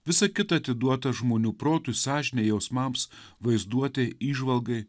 visa kita atiduota žmonių protui sąžinei jausmams vaizduotei įžvalgai